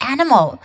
Animal